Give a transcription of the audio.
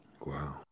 wow